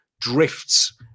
drifts